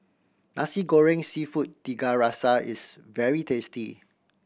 Nasi Goreng Seafood Tiga Rasa is very tasty